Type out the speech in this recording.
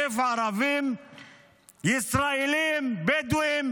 150,000 ערבים ישראלים בדואים